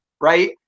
right